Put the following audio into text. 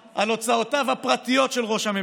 לא על סיוע למאות אלפי המובטלים ולמאות אלפי העצמאים